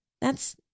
That's